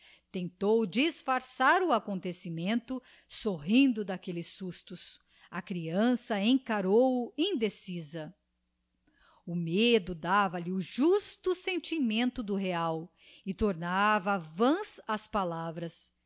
tentou disfarçar o acontecimento sorrindo d aquelles sustos a creança encarou-o indecisa o medo dava-lhe o justo sentimento do real e tornava vãs as palavras